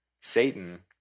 Satan